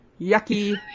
yucky